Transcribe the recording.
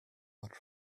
much